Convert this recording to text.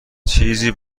چیزی